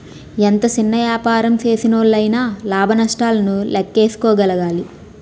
ఎంత సిన్న యాపారం సేసినోల్లయినా లాభ నష్టాలను లేక్కేసుకోగలగాలి